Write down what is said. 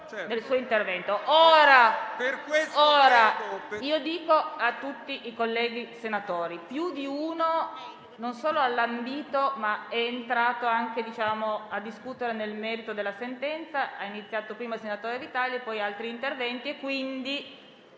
al suo intervento. Dico a tutti i colleghi senatori che più di uno non solo ha lambito, ma è arrivato anche a discutere nel merito della sentenza, ha iniziato prima il senatore Vitali e poi altri senatori intervenuti